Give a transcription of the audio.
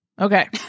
Okay